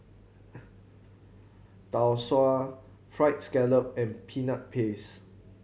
Tau Suan Fried Scallop and Peanut Paste